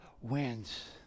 wins